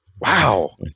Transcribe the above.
Wow